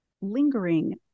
lingering